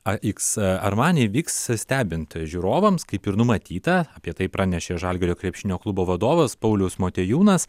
ax armani vyks stebint žiūrovams kaip ir numatyta apie tai pranešė žalgirio krepšinio klubo vadovas paulius motiejūnas